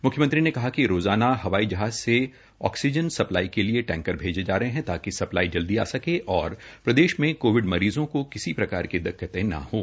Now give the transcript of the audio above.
म्ख्यमंत्री ने कहा कि रोजाना हवाई जहाज से ऑक्सीजन सप्लाई के लिए टैंकर भेजे जा रहे है ताकि सप्लाई जल्द आ सके और प्रदेश में कोविड मरीजों को किसी प्रकार की दिक्कतें न हों